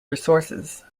resources